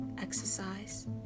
exercise